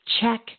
Check